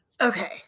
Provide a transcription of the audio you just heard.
Okay